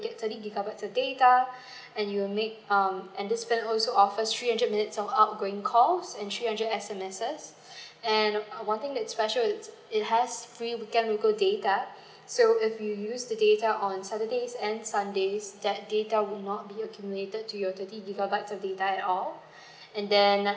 get thirty gigabytes of data and you'll make um and this plan also offers three hundred minutes of outgoing calls and three hundred S_M_S and one thing that is special is it has free weekend local data so if you use the data on saturdays and sundays that data would not be accumulated to your thirty gigabytes of data at all and then